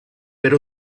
per